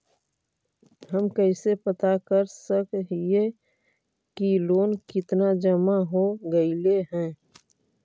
हम कैसे पता कर सक हिय की लोन कितना जमा हो गइले हैं?